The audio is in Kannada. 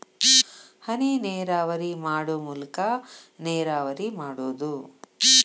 ಹನಿನೇರಾವರಿ ಮಾಡು ಮೂಲಾಕಾ ನೇರಾವರಿ ಮಾಡುದು